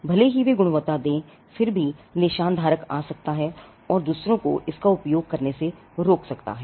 भले ही वे गुणवत्ता दें फिर भी निशान धारक आ सकता है और दूसरों को इसका उपयोग करने से रोक सकता है